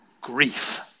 grief